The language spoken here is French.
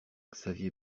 xavier